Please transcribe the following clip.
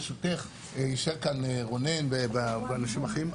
ברשותך, יישאר כאן רונן ואנשים אחרים.